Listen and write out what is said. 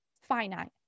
finite